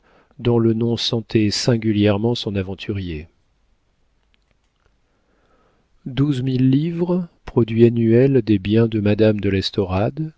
dont le nom sentait singulièrement son aventurier douze mille livres produit annuel des biens de madame de